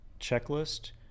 checklist